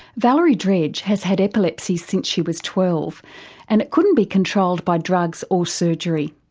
valerie dredge has had epilepsy since she was twelve and it couldn't be controlled by drugs or surgery.